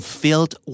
filled